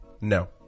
No